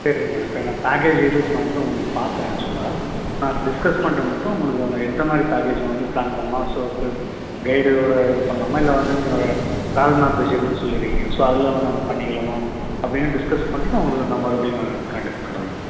சரிங்க மேடம் இப்போ நான் பேக்கேஜ் டீட்டைல்ஸ் நான் வந்து உங்களுது பார்க்குறேன் ஆக்சுவலாக நான் டிஸ்கஸ் பண்ணிட்டு மட்டும் உங்களுக்கு எந்த மாதிரி பேக்கேஜ் வந்து ப்ளான் பண்ணலாம் ஸோ இப்போ கெய்டோட இது பண்ணலாமா இல்லை வந்து நீங்கள் ட்ராவல் இருக்குன்னு சொல்லிருக்கீங்க ஸோ அதில் நாங்கள் பண்ணிக்கலாமா அப்படின்னு டிஸ்கஸ் பண்ணிவிட்டு நான் உங்களுக்கு நான் மறுபடியும் நான் காண்டக்ட் பண்ணுறேன் மேடம்